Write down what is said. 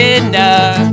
enough